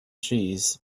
cheese